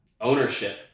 ownership